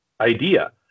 idea